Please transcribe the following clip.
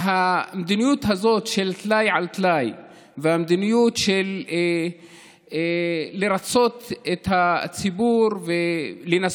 והמדיניות הזאת של טלאי על טלאי והמדיניות של לרצות את הציבור ולנסות